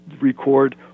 record